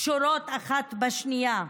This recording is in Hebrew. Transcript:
קשורות אחת בשנייה.